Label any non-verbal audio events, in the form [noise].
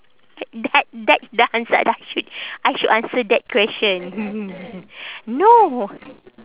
that that the answer I should answer that question [laughs] no